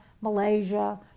Malaysia